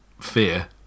fear